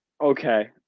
Okay